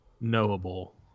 knowable